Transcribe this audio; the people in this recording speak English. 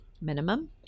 minimum